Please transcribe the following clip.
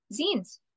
zines